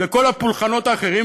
וכל הפולחנים האחרים,